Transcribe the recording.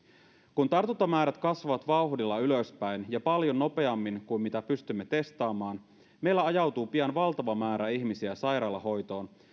kun tartuntamäärät kasvavat vauhdilla ylöspäin ja paljon nopeammin kuin mitä pystymme testaamaan meillä ajautuu pian valtava määrä ihmisiä sairaalahoitoon